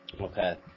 Okay